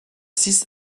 six